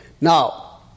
Now